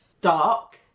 dark